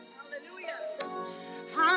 Hallelujah